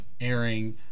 airing